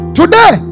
today